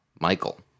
Michael